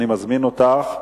אני מזמין אותך.